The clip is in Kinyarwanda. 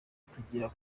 tugiye